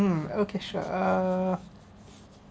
um okay sure err